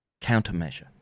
countermeasure